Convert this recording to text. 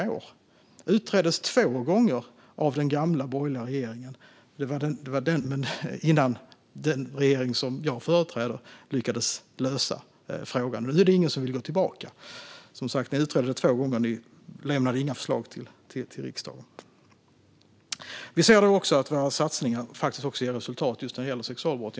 Det utreddes två gånger av den gamla borgerliga regeringen innan den regering som jag företräder lyckades lösa frågan. Nu är det ingen som vill gå tillbaka. Ni utredde det som sagt två gånger, men ni lämnade inga förslag till riksdagen. Vi ser också att våra satsningar ger resultat när det gäller just sexualbrott.